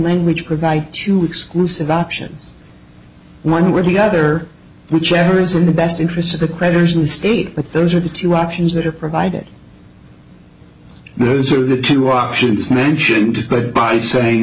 language provide to exclusive options one way or the other whichever is in the best interests of the creditors of the state but those are the two options that are provided those are the two options mentioned but by saying